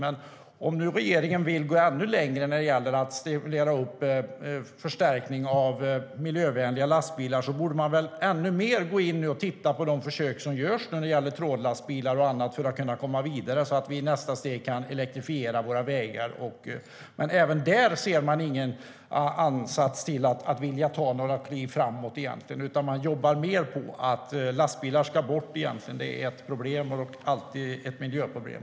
Men om nu regeringen vill gå ännu längre när det gäller att stimulera en förstärkning av miljövänliga lastbilar borde man väl ännu mer se på de försök som nu görs när det gäller trådlastbilar och annat för att kunna komma vidare, så att vi i nästa steg kan elektrifiera våra vägar. Men inte heller där syns det någon ansats till att man vill ta några kliv framåt, utan man jobbar mer på att lastbilar ska bort från vägarna eftersom de är ett miljöproblem.